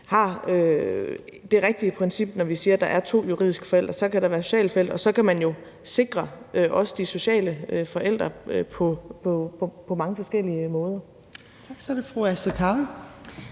har det rigtige princip, når vi siger, at der er to juridiske forældre. Så kan der være sociale forældre, og så kan man jo også sikre de sociale forældre på mange forskellige måder. Kl. 18:32 Tredje